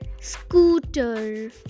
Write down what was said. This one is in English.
scooter